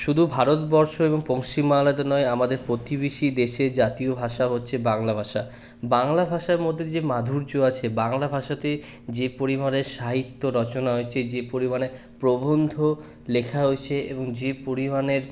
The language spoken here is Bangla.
শুধু ভারতবর্ষ এবং পশ্চিমবাংলাতে নয় আমাদের প্রতিবেশী দেশের জাতীয় ভাষা হচ্ছে বাংলা ভাষা বাংলা ভাষার মধ্যে যে মাধুর্য আছে বাংলাভাষাতে যে পরিমাণে সাহিত্য রচনা হয়েছে যে পরিমাণে প্রবন্ধ লেখা হয়েছে এবং যে পরিমাণের